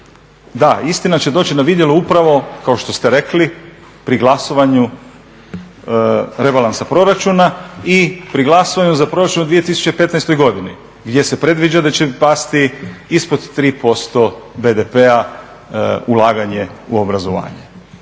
Da, istina će doći na vidjelo upravo kao što ste rekli pri glasovanju rebalansa proračuna i pri glasovanju za proračun u 2015. godini gdje se predviđa da će pasti ispod 3% BDP-a ulaganje u obrazovanje.